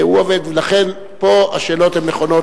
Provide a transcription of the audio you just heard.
לכן, פה השאלות לשר הן נכונות.